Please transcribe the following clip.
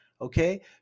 okay